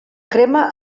crema